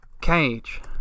cage